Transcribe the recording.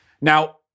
Now